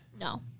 No